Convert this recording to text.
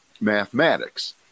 mathematics